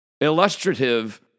illustrative